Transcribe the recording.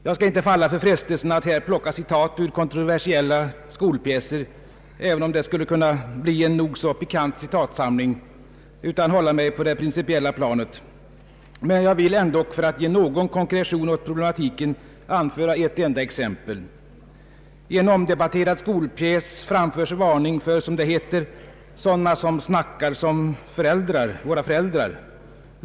Jag skall inte falla för frestelsen att plocka citat ur kontroversiella skolpjäser, även om det skulle kunna bli en nog så pikant citatsamling, utan hålla mig på det principiella planet. Men jag vill ändock för att ge någon konkretion åt problematiken anföra ett enda exempel. I en omdebatterad skolpjäs framförs varning för, som det heter, sådana som snackar som våra föräldrar.